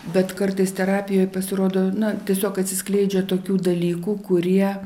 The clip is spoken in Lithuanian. bet kartais terapijoj pasirodo na tiesiog atsiskleidžia tokių dalykų kurie